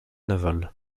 navale